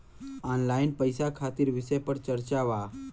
Online पैसा खातिर विषय पर चर्चा वा?